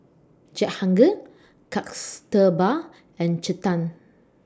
Jehangirr Kasturba and Chetan